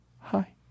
Hi